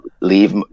leave